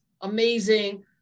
Amazing